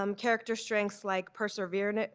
um character strengths like perseverance,